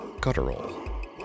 guttural